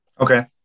Okay